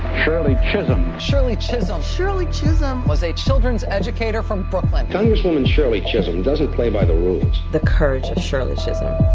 shirley chisholm shirley chisholm. shirley chisholm. was a children's educator from brooklyn congresswoman shirley shirley chisholm doesn't play by the rules the courage of shirley chisholm.